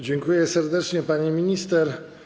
Dziękuję serdecznie, pani minister.